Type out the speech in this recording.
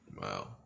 Wow